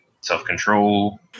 self-control